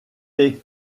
est